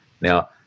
Now